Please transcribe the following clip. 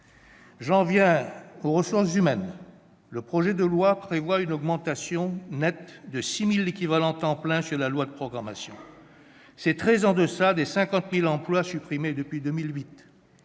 J'en viens aux ressources humaines. Le projet de loi prévoit une augmentation nette de 6 000 équivalents temps plein sur la durée de la programmation. C'est très en deçà des 50 000 emplois supprimés depuis 2008,